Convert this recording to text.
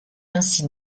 ainsi